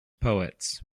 poets